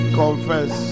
confess